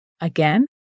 Again